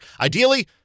Ideally